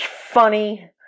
funny